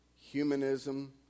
humanism